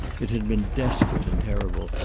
it had been desperate and terrible,